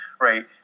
right